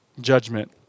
judgment